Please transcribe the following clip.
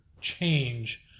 change